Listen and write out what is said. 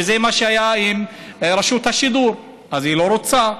וזה מה שהיה עם רשות השידור, אז היא לא רוצה.